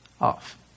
off